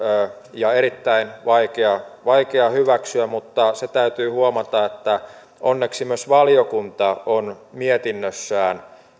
ja erittäin vaikea vaikea hyväksyä mutta se täytyy huomata että onneksi myös valiokunta on mietinnössään